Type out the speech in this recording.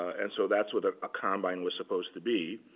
and so that's what a ah combine was supposed to be.